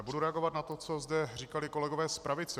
Budu reagovat na to, co zde říkali kolegové z pravice.